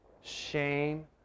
shame